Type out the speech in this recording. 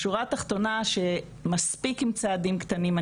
השורה התחתונה, שמספיק עם צעדים קטנים.